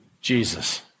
Jesus